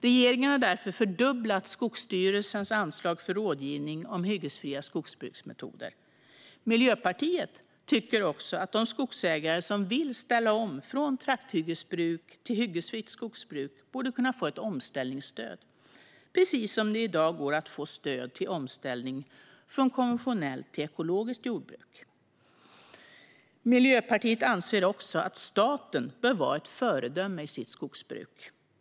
Regeringen har därför fördubblat Skogsstyrelsens anslag för rådgivning om hyggesfria skogsbruksmetoder. Miljöpartiet tycker också att de skogsägare som vill ställa om från trakthyggesbruk till hyggesfritt skogsbruk borde kunna få ett omställningsstöd, precis som det i dag går att få stöd till omställning från konventionellt till ekologiskt jordbruk. Miljöpartiet anser också att staten bör vara ett föredöme i sitt skogsbruk.